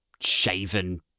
shaven